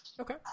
Okay